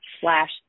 slash